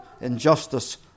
injustice